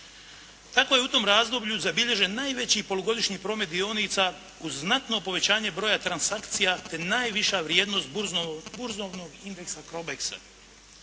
tako je u tom razdoblju zabilježen najveći polugodišnji promet dionica uz znatno povećanje broja transakcija te najviša vrijednost burzovnog indeksa "crobeksa".